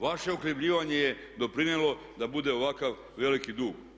Vaše uhljebljivanje je doprinijelo da bude ovakav veliki dug.